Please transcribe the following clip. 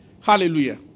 Hallelujah